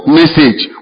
message